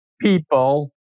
people